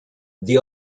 the